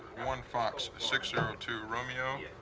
one fox six zero two romeo.